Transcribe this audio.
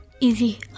Easy